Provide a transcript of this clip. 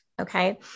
Okay